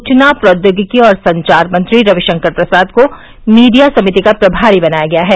सूचना प्रौद्योगिकी और संचार मंत्री रविशंकर प्रसाद को मीडिया समिति का प्रमारी बनाया गया है